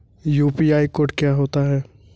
UPI code क्या होता है?